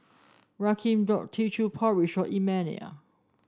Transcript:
Rakeem bought Teochew Porridge for Immanuel